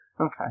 Okay